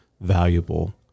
valuable